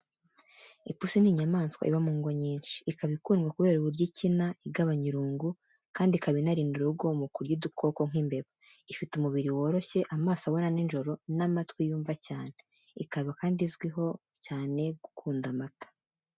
Ipusi ni inyamaswa iba mu ngo nyinshi, ikaba ikundwa kubera uburyo ikina, igabanya irungu, kandi ikaba inarinda urugo mu kurya udukoko nk'imbeba. Ifite umubiri woroshye, amaso abona nijoro n'amatwi yumva cyane. Ikaba kandi izwiho cyane gukunda amata.